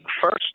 first